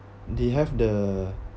they have the